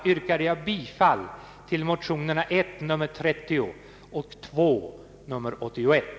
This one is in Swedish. Jag yrkar därför bifall till motionerna I: 30 och II: 81.